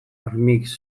armix